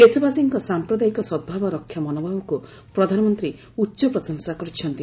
ଦେଶବାସୀଙ୍କ ସାଂପ୍ରଦାୟିକ ସଦ୍ଭାବ ରକ୍ଷା ମନୋଭାବକୁ ପ୍ରଧାନମନ୍ତ୍ରୀ ଉଚ୍ଚ ପ୍ରଶଂସା କରିଛନ୍ତି